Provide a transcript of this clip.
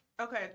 okay